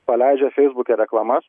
paleidžia feisbuke reklamas